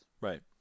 Right